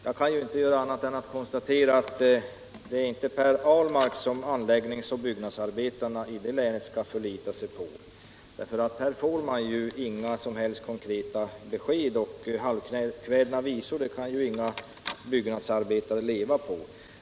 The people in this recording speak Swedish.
Jag kan ju inte göra annat än konstatera att det inte är Per Ahlmark som anläggnings och byggnadsarbetarna i det länet skall förlita sig på — här får man inga som helst konkreta besked, och bara halvkvädna visor kan ju byggnadsarbetarna inte leva Å på!